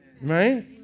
right